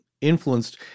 influenced